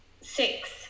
Six